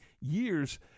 years –